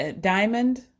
diamond